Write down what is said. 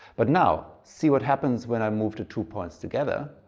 but now see what happens when i move the two points together.